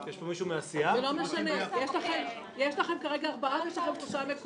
לא אושרה ותעלה למליאה לקריאה השנייה והשלישית.